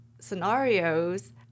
scenarios